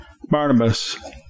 Barnabas